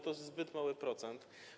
To jest zbyt mały procent.